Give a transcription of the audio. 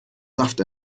saft